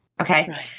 Okay